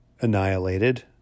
annihilated